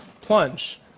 plunge